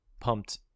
pumped